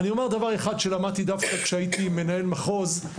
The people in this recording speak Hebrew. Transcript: אני אומר דבר אחד שלמדתי דווקא כשהייתי מנהל מחוז,